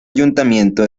ayuntamiento